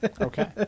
Okay